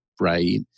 Right